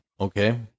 okay